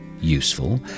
useful